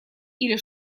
или